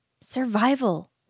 survival